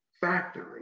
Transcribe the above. factory